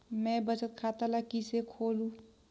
मैं बचत खाता ल किसे खोलूं?